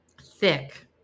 thick